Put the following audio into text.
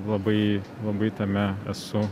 labai labai tame esu